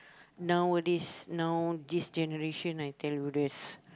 nowadays now this generation I tell you there's